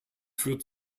führt